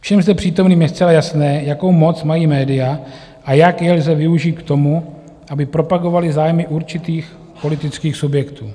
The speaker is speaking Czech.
Všem zde přítomným je zcela jasné, jakou moc mají média a jak je lze využít k tomu, aby propagovala zájmy určitých politických subjektů.